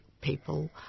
people